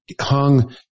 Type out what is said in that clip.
hung